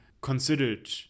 considered